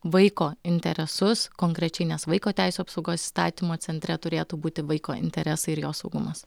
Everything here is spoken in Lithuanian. vaiko interesus konkrečiai nes vaiko teisių apsaugos įstatymo centre turėtų būti vaiko interesai ir jo saugumas